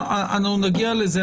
עוד נגיע לזה.